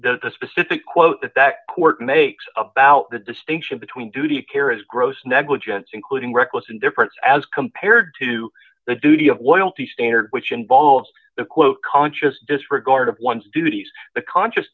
the the specific quote that court makes about the distinction between duty of care is gross negligence including reckless indifference as compared to the duty of oil the standard which involves the quote conscious disregard of one's duties the conscious